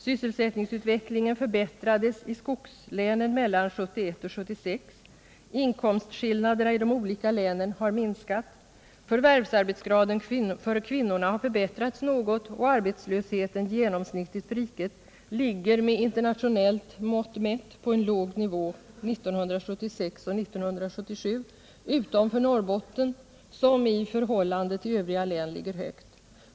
Sysselsättningsutvecklingen förbättrades i skogslänen mellan 1971 och 1976, inkomstskillnaderna i de olika länen har minskat, förvärvsarbetsgraden för kvinnor har förbättrats något och arbetslösheten genomsnittligt för riket ligger med internationellt mått mätt på en låg nivå 1976 och 1977 utom för Norrbotten, som i förhållande till övriga län ligger högt.